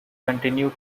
continued